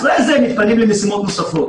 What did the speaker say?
אחרי זה הם מתפנים למשימות נוספות.